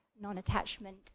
non-attachment